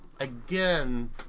Again